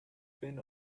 been